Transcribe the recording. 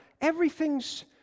Everything's